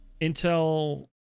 Intel